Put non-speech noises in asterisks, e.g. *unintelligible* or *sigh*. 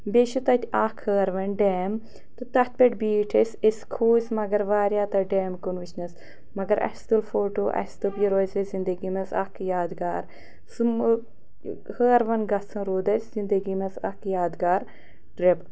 بیٚیہِ چھِ تَتہِ اَکھ ہٲروَن ڈیم تہٕ تَتھ پٮ۪ٹھ بیٖٹھۍ أسۍ أسۍ کھوٗژۍ مگر واریاہ تَتھ ڈیم کُن وٕچھنَس مگر اَسہِ تُل فوٹو اَسہِ دوٚپ یہِ روزِ اَسہِ زندگی منٛز اَکھ یادگار سُہ *unintelligible* ہٲروَن گژھُن روٗد اَسہِ زندگی منٛز اَکھ یادگار ٹِرٛپ